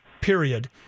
period